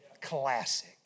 classic